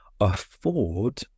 afford